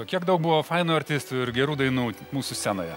kiek daug buvo fainų artistų ir gerų dainų mūsų scenoje